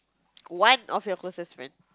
one of your closest friend